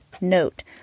Note